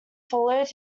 followed